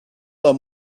them